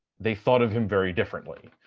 they thought of him very differently.